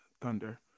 Thunder